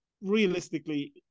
realistically